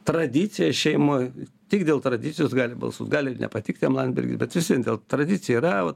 tradicija šeimoj tik dėl tradicijos gali balsuot gali ir nepatikt jam landsbergis bet gal tradicija yra va